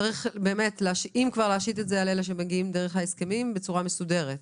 אם כבר להשית את זה על אלה שמגיעים דרך ההסכמים בצורה מסודרת.